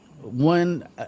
one